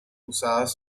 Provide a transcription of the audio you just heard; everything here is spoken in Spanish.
usadas